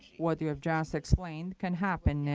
what you have just explained can happen.